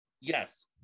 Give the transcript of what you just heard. Yes